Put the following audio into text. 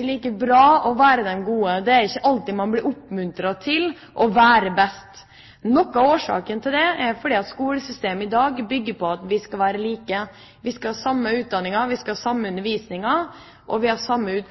ikke like bra å være den gode, det er ikke alltid man blir oppmuntret til å være best. Noe av årsaken til det er at skolesystemet i dag bygger på at vi skal være like. Vi skal ha samme utdanningen, vi skal ha samme